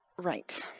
Right